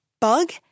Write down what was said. bug